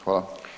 Hvala.